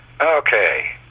okay